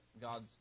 God's